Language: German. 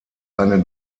eine